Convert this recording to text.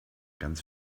ganz